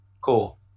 cool